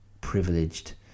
privileged